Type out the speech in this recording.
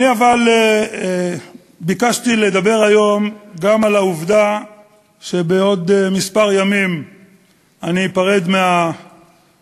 אבל אני ביקשתי לדבר היום גם על העובדה שבעוד כמה ימים אני אפרד מהכנסת,